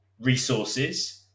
resources